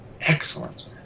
excellent